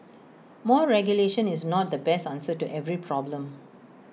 more regulation is not the best answer to every problem